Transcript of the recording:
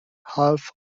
half